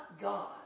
God